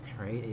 right